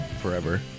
forever